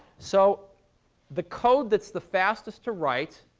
so the code that's the fastest to write,